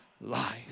life